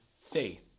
faith